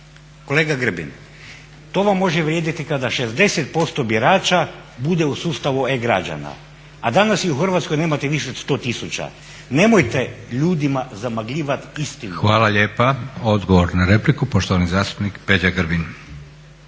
Kolega Grbin, to vam može vrijediti kada 60% birača bude u sustavu e-građana a danas ih u Hrvatskoj nemate više od 100 tisuća. Nemojte ljudima zamagljivati istinu. **Leko, Josip (SDP)** Hvala lijepa. Odgovor na repliku, poštovani zastupnik Peđa Grbin.